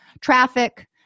Traffic